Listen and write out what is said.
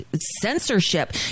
censorship